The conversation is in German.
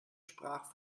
sprach